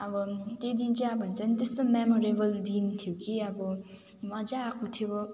अब त्यहीँ दिन चाहिँ अब भन्छ नि त्यस्तो मेमोरेबल दिन थियो कि अब मज्जा आएको थियो